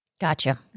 Gotcha